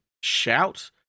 shout